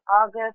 August